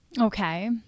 Okay